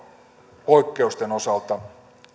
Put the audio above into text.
veropoikkeusten osalta